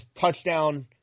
touchdown